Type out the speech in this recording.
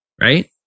right